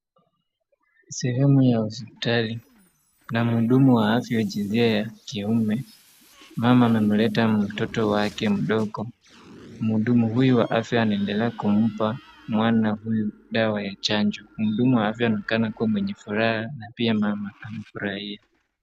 Sehemu ya hospitali na mhudumu wa afya wa jinsia ya kiume. Mama amemleta mtoto wake mdogo, mhudumu huyu wa afya anaendelea kumpa mwana huyu dawa ya chanjo. Mhudumu wa afya anaonekana kuwa mwenye furaha na pia mama amefurahi.